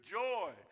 joy